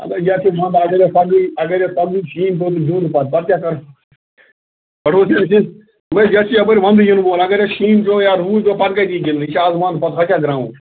ہَتَہ یَتھ چھِ ونٛدٕ اَگر یَتھ پَگہٕے اَگر یَتھ پَگہٕے شیٖن گیُنٛد پَتہٕ پَتہٕ کیٛاہ کَرٕ دوٚپمَے یَتھ چھِ یَپٲرۍ ونٛدٕ یِنہٕ وول اَگر یَتھ شیٖن پیوٚو یا روٗد پیوٚو پَتہٕ کَتہِ یی گِنٛدنہٕ یہِ چھِ آز ونٛدٕ پَتہٕ ہۄکھیٛا گرٛاوُنٛڈ